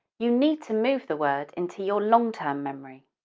you need to move the word into your long-term memory.